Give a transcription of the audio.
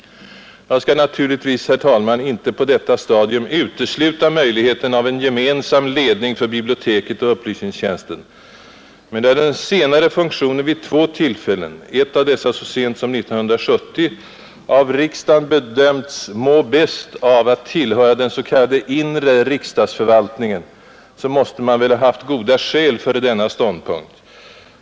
Jag skall naturligtvis, herr talman, inte på detta stadium utesluta möjligheten av en gemensam ledning för biblioteket och upplysningstjänsten, men enär den senare funktionen vid två tillfällen, ett av dessa så sent som 1970, av riksdagen bedömts må bäst av att tillhöra den s.k. inre riksdagsförvaltningen, måste man väl ha haft goda skäl för denna ståndpunkt.